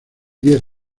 diez